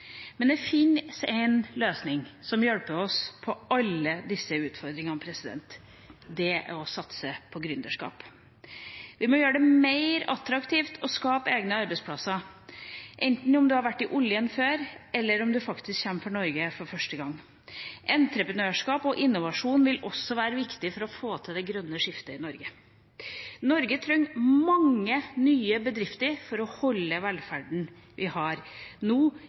Men det fins en løsning som hjelper oss med alle disse utfordringene. Det er å satse på gründerskap. Vi må gjøre det mer attraktivt å skape egne arbeidsplasser, enten man har vært innen olje før, eller man kommer til Norge for første gang. Entreprenørskap og innovasjon vil også være viktig for å få til det grønne skiftet i Norge. Norge trenger mange nye bedrifter for å holde velferden vi har nå,